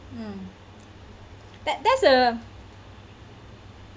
mm tha~ that's a